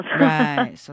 Right